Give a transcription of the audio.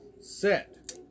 Set